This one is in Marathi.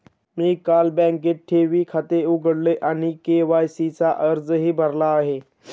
मी काल बँकेत ठेवी खाते उघडले आणि के.वाय.सी चा अर्जही भरला आहे